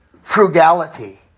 frugality